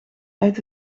uit